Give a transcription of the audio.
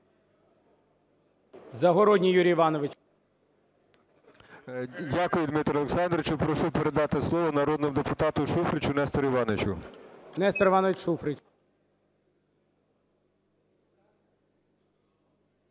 Дякую, Дмитре Олександровичу. Прошу передати слово народному депутату Шуфричу Нестору Івановичу. ГОЛОВУЮЧИЙ. Нестор Іванович Шуфрич.